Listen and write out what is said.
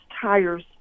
Tires